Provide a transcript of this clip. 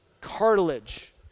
cartilage